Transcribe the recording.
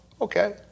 okay